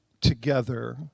together